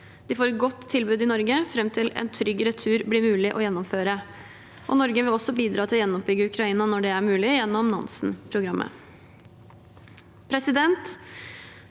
De får et godt tilbud i Norge fram til en trygg retur blir mulig å gjennomføre. Norge vil også bidra til å gjenoppbygge Ukraina når det er mulig, gjennom Nansen-programmet. La det